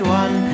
one